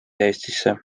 eestisse